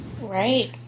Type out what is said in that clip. right